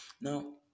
Now